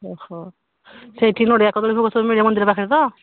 ଓହୋ ସେଇଠି ନଡ଼ିଆ କଦଳୀ ଭୋଗ ସବୁ ମିଳେ ମନ୍ଦିର ପାଖେରେ ତ